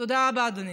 תודה רבה, אדוני.